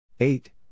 eight